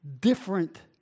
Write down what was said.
different